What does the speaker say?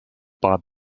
bob